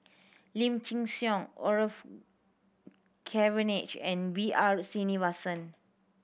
Lim Chin Siong Orfeur Cavenagh and B R Sreenivasan